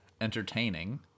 entertaining